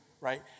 right